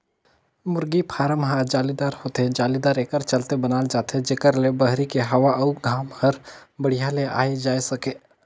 मुरगी फारम ह जालीदार होथे, जालीदार एकर चलते बनाल जाथे जेकर ले बहरी के हवा अउ घाम हर बड़िहा ले आये जाए सके